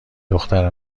دختر